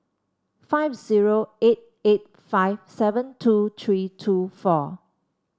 five zero eight eight five seven two three two four